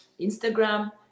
Instagram